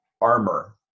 armor